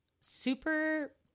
super